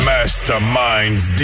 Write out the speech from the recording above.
Masterminds